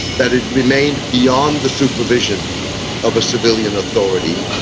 that it remained beyond the supervision of a civilian authority,